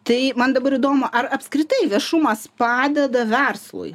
tai man dabar įdomu ar apskritai viešumas padeda verslui